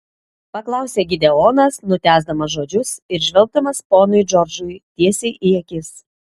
paklausė gideonas nutęsdamas žodžius ir žvelgdamas ponui džordžui tiesiai į akis